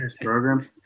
program